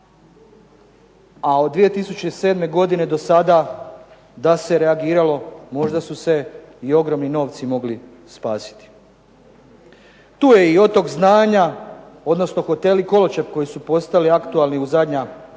a od 2007. godine do sada da se reagiralo možda su se i ogromni novci mogli spasiti. Tu je i Otok znanja, odnosno hoteli "Koločep" koji su postali aktualni u zadnja dva,